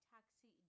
Taxi